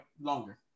longer